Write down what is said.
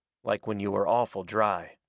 like when you are awful dry.